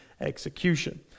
execution